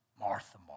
Martha